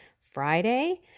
Friday